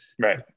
right